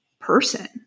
person